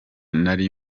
nari